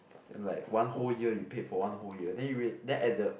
then like one whole year you paid for one whole year then you wait then at the